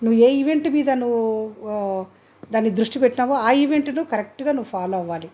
నువ్వు ఏ ఈవెంట్ మీద నువ్వు ఓ దాన్ని దృష్టి పెట్టావో ఆ ఈవెంట్ను కరెక్ట్గా నువ్వు ఫాలో అవ్వాలి